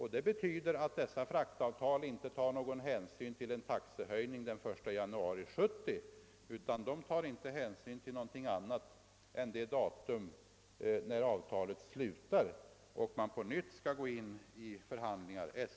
Detta betyder att dessa fraktavtal inte berörs av taxehöjningen den 1 januari 1970, utan endast efter det datum när avtalet upphör, då man på nytt har att ta upp förhandlingar.